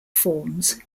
forms